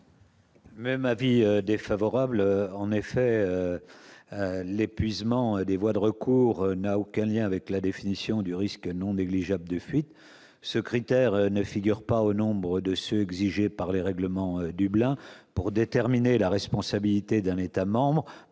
également défavorable. En effet, l'épuisement des voies de recours n'a aucun lien avec la définition du risque non négligeable de fuite. Ce critère ne figure pas au nombre de ceux qui sont exigés par les règlements Dublin pour déterminer l'État membre